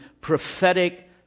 prophetic